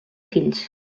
fills